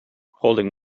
holding